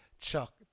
Chuck